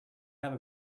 have